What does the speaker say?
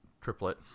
triplet